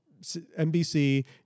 nbc